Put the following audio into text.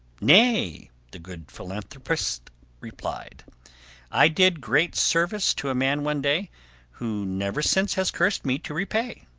nay, the good philanthropist replied i did great service to a man one day who never since has cursed me to repay,